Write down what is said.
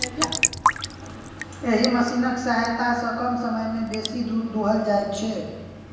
एहि मशीनक सहायता सॅ कम समय मे बेसी दूध दूहल जाइत छै